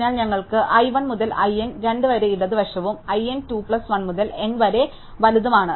അതിനാൽ ഞങ്ങൾക്ക് i 1 മുതൽ i n 2 വരെ ഇടത് വശവും i n 2 1 മുതൽ n വരെ വലതുമാണ്